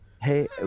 Hey